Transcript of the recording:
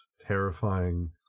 terrifying